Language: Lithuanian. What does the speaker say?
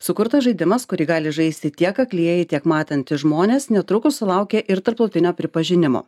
sukurtas žaidimas kurį gali žaisti tiek aklieji tiek matantys žmonės netrukus sulaukė ir tarptautinio pripažinimo